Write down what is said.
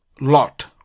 lot